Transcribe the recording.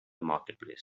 marketplace